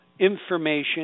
information